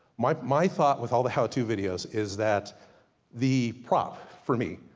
my my thought with all the how-to video's, is that the prop, for me,